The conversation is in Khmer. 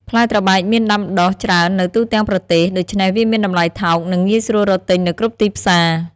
ផ្លែត្របែកមានដាំដុះច្រើននៅទូទាំងប្រទេស ដូច្នេះវាមានតម្លៃថោក និងងាយស្រួលរកទិញនៅគ្រប់ទីផ្សារ។